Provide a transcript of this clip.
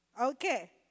Okay